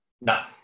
No